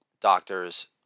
doctors